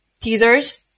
teasers